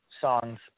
songs